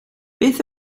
beth